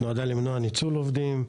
שנועדה למנוע ניצול עובדים,